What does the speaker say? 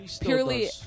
Purely